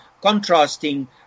contrasting